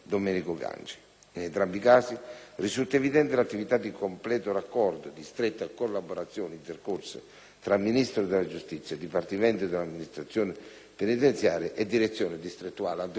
In entrambi i casi risulta evidente l'attività di completo raccordo e di stretta collaborazione intercorsa tra il Ministro della giustizia, il Dipartimento dell'amministrazione giudiziaria e la direzione distrettuale antimafia di Palermo,